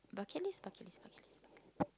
bucket list bucket list bucket list bucket list